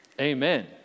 Amen